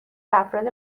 افراد